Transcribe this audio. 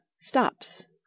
Stops